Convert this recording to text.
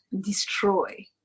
destroy